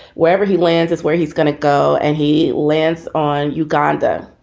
wherever he lands is where he's going to go and he lands on uganda,